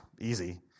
easy